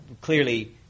clearly